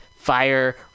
fire